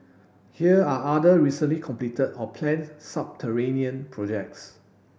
here are other recently completed or planned subterranean projects